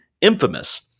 infamous